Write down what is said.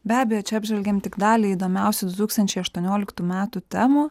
be abejo čia apžvelgėm tik dalį įdomiausių du tūkstančiai aštuonioliktų metų temų